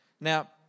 Now